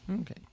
Okay